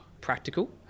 practical